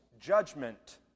judgment